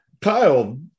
Kyle